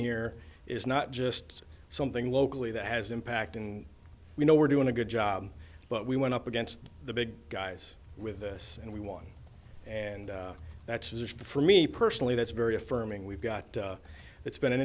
here is not just something locally that has impact and we know we're doing a good job but we went up against the big guys with this and we won and that's it for me personally that's very affirming we've got it's been an